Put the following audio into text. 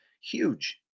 huge